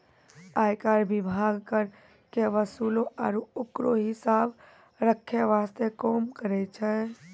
आयकर विभाग कर के वसूले आरू ओकरो हिसाब रख्खै वास्ते काम करै छै